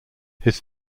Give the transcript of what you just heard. his